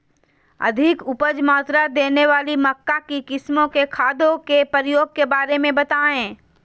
अधिक उपज मात्रा देने वाली मक्का की किस्मों में खादों के प्रयोग के बारे में बताएं?